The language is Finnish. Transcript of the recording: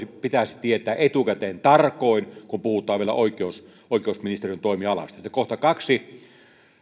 pitäisi tietää etukäteen tarkoin kun puhutaan vielä oikeusministeriön toimialasta kohta kaksi